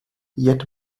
yet